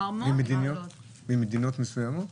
ממדינות מסוימות?